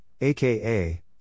aka